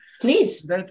Please